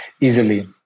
easily